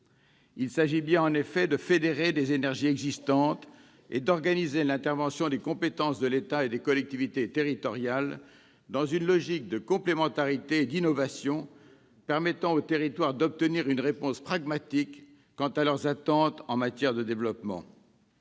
Il s'agit bien, en effet, de fédérer des énergies existantes et d'organiser l'intervention des compétences de l'État et des collectivités territoriales dans une logique de complémentarité et d'innovation, permettant aux territoires d'obtenir une réponse pragmatique quant à leurs attentes en matière de développement.